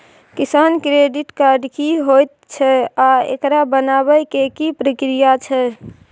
किसान credit card की होयत छै आ एकरा बनाबै के की प्रक्रिया छै?